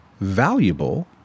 valuable